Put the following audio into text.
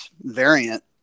variant